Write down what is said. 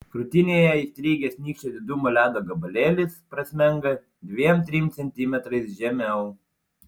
krūtinėje įstrigęs nykščio didumo ledo gabalėlis prasmenga dviem trim centimetrais žemiau